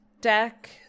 deck